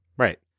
Right